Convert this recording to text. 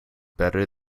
better